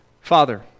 Father